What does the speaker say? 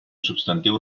substantiu